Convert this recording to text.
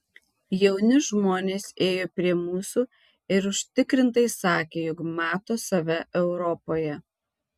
jauni žmonės ėjo prie mūsų ir užtikrintai sakė jog mato save europoje